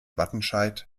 wattenscheid